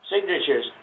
signatures